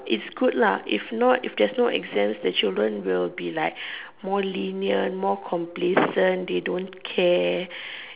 it's good lah if not if there's no exams the children will be like more lenient more complacent they don't care